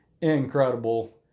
incredible